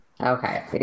Okay